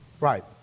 Right